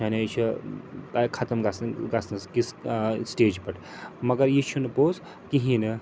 یعنی یہِ چھِ ختٕم گَژھَن گَژھنَس کِس سِٹیج پٮ۪ٹھ مَگر یہِ چھُنہٕ پوٚز کِہیٖنۍ نہٕ